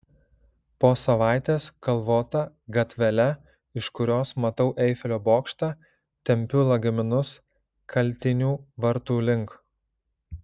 po savaitės kalvota gatvele iš kurios matau eifelio bokštą tempiu lagaminus kaltinių vartų link